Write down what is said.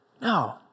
No